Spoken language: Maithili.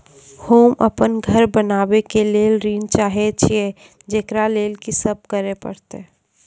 होम अपन घर बनाबै के लेल ऋण चाहे छिये, जेकरा लेल कि सब करें परतै?